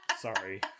sorry